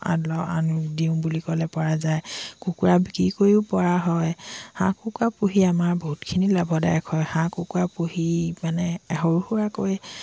আদং দিও বুলি ক'লে পৰা যায় কুকুৰা বিক্ৰী কৰিও পৰা হয় হাঁহ কুকুৰা পুহি আমাৰ বহুতখিনি লাভদায়ক হয় হাঁহ কুকুৰা পুহি মানে সৰু সুৰাকৈ